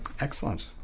Excellent